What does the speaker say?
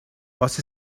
was